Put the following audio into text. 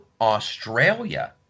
Australia